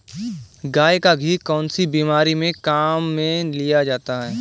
गाय का घी कौनसी बीमारी में काम में लिया जाता है?